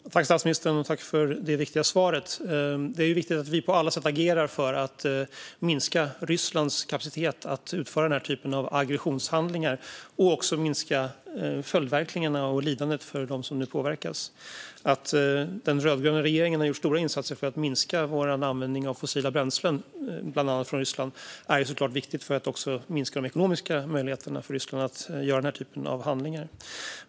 Herr talman! Jag tackar statsministern för det viktiga svaret. Det är ju viktigt att vi på alla sätt agerar för att minska Rysslands kapacitet att utföra den här typen av aggressionshandlingar samt för att minska följdverkningarna och lidandet för dem som nu påverkas. Att den rödgröna regeringen har gjort stora insatser för att minska Sveriges användning av fossila bränslen, bland annat från Ryssland, är såklart viktigt för att minska de ekonomiska möjligheterna för Ryssland att utföra den här typen av handlingar.